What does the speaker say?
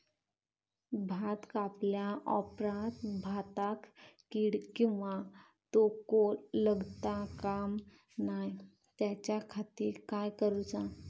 भात कापल्या ऑप्रात भाताक कीड किंवा तोको लगता काम नाय त्याच्या खाती काय करुचा?